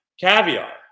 caviar